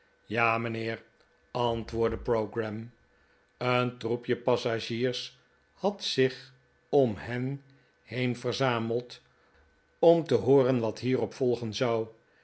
ja mijnheer antwoordde pogram een troepje passagiers had zich om hen heen verzameld om te hooren wat hierop volgen zou